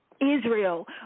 Israel